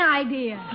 idea